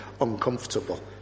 uncomfortable